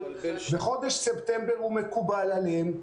וחודש ספטמבר מקובל עליהם.